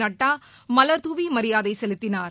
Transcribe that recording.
நட்டா மலர் தூவி மரியாதை செலுத்தினார்